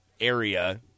area